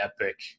epic